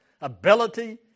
ability